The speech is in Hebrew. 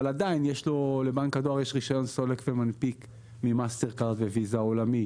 אבל עדיין לבנק הדואר יש רישיון סולק ומנפיק ממאסטרקארד וויזה העולמית,